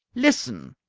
listen!